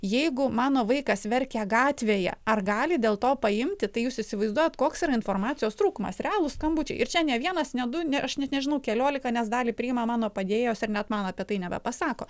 jeigu mano vaikas verkia gatvėje ar gali dėl to paimti tai jūs įsivaizduojat koks yra informacijos trūkumas realūs skambučiai ir čia ne vienas ne du ne aš net nežinau keliolika nes dalį priima mano padėjėjos ir net man apie tai nebepasako